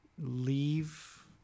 leave